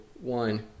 one